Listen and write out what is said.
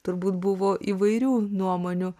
turbūt buvo įvairių nuomonių